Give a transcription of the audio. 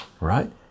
right